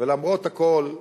ולמרות הכול,